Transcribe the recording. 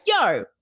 yo